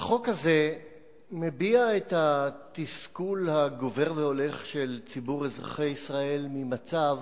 החוק הזה מביע את התסכול הגובר והולך של ציבור אזרחי ישראל ממצב